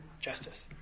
justice